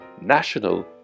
national